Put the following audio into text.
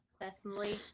personally